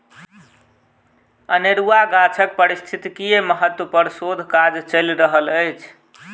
अनेरुआ गाछक पारिस्थितिकीय महत्व पर शोध काज चैल रहल अछि